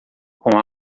com